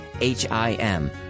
h-i-m